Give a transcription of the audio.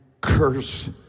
curse